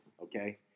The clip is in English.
okay